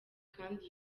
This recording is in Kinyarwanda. kandi